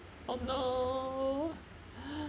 oh no